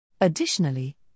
Additionally